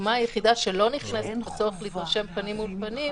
הדוגמה היחידה שלא נכנסת בצורך להתרשם פנים אל פנים.